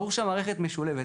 ברור שהמערכת משולבת,